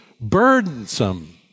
burdensome